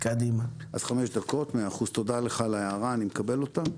תודה לך על ההערה, אני מקבל אותה.